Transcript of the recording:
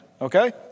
Okay